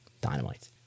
dynamite